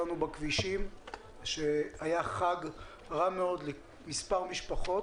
לנו בכבישים שהיה חג רע מאוד למספר משפחות,